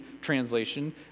translation